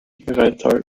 bereithalten